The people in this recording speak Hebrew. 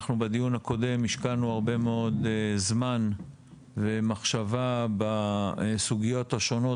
אנחנו בדיון הקודם השקענו הרבה מאוד זמן ומחשבה בסוגיות השונות,